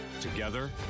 Together